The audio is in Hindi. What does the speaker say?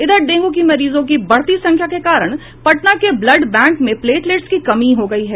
इधर डेंगू की मरीजों की बढ़ती संख्या के कारण पटना के ब्लड बैंक में प्लेटलेट्स की कमी हो गयी है